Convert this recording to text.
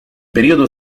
periodo